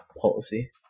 policy